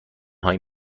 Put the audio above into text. هایی